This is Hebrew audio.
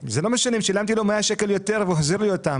זה לא משנה אם שילמתי לו 100 שקל יותר והוא החזיר לי אותם,